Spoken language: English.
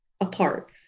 apart